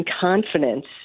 confidence